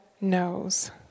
knows